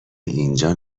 اینجا